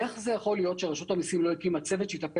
איך זה יכול להיות שרשות המיסים לא הקימה צוות שיטפל